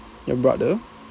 your brother